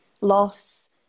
loss